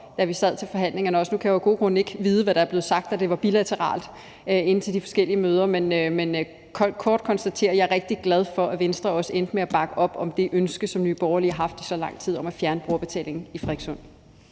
da vi sad til forhandlingerne. Nu kan jeg af gode grunde ikke vide, hvad der er blevet sagt, da det foregik bilateralt, på de forskellige møder, men jeg kan kort konstatere, at jeg er rigtig glad for, at Venstre også endte med at bakke op om det ønske, som Nye Borgerlige har haft så lang tid, om at fjerne brugerbetalingen for broen